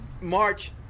March